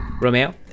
Romeo